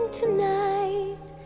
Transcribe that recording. tonight